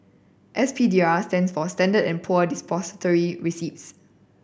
S P D R stands for Standard and Poor Depository Receipts